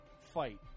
fight